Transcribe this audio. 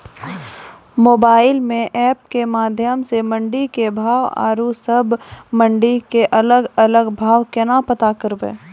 Mobile म app के माध्यम सऽ मंडी के भाव औरो सब मंडी के अलग अलग भाव केना पता करबै?